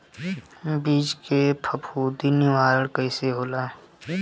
बीज के फफूंदी निवारण कईसे होला?